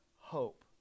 hope